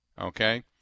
okay